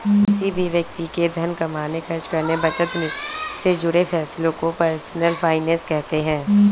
किसी भी व्यक्ति के धन कमाने, खर्च करने, बचत और निवेश से जुड़े फैसलों को पर्सनल फाइनैन्स कहते हैं